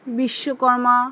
Vishwakarma